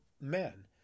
men